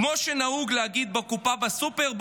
כמו שנהוג להגיד בקופה בסופר,